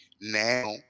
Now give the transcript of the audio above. Now